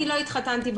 אני לא התחתנתי ברבנות,